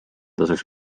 tasuks